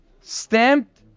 stamped